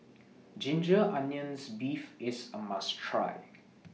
Ginger Onions Beef IS A must Try